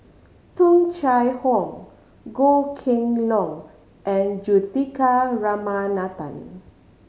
Tung Chye Hong Goh Kheng Long and Juthika Ramanathan